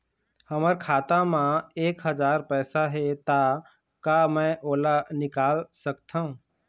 हमर खाता मा एक हजार पैसा हे ता का मैं ओला निकाल सकथव?